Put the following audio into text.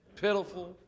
pitiful